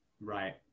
Right